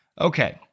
Okay